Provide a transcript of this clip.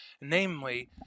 Namely